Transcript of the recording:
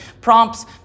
prompts